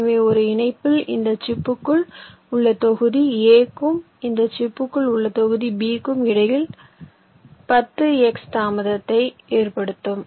எனவே ஒரு இணைப்பில் இந்த சிப்புக்குள் உள்ள தொகுதி A க்கும் இந்த சிப்புக்குள் உள்ள தொகுதி B க்கும் இடையில் 10X தாமதத்தை ஏற்படுத்தும்